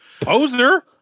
Poser